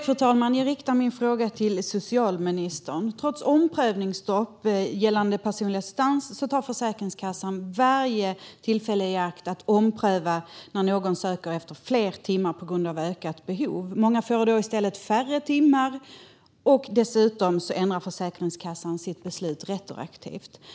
Fru talman! Jag riktar min fråga till socialministern. Trots omprövningsstopp gällande personlig assistans tar Försäkringskassan varje tillfälle i akt att ompröva när någon söker fler timmar på grund av ökat behov. Många får då i stället färre timmar, och dessutom ändrar Försäkringskassan sitt beslut retroaktivt.